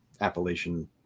Appalachian